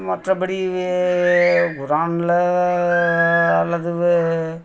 மற்றபடி குரானில் அல்லது